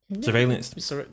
surveillance